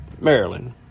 Maryland